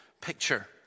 picture